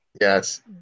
Yes